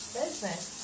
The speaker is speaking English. business